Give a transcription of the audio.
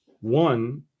One